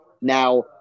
Now